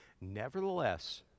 Nevertheless